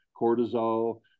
Cortisol